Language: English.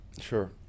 sure